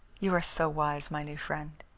you are so wise, my new friend.